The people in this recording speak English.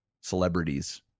celebrities